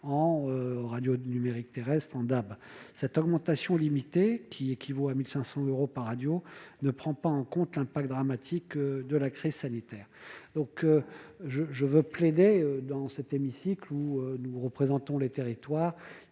en radio numérique terrestre, ou DAB. Cette augmentation limitée, qui équivaut à 1 500 euros par radio, ne prend pas en compte l'impact dramatique de la crise sanitaire. Je veux donc plaider dans cet hémicycle, où nous représentons les territoires,